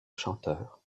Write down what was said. chanteur